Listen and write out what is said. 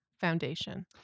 foundation